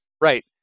Right